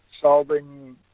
solving